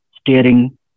Steering